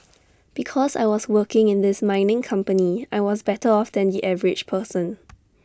because I was working in this mining company I was better off than the average person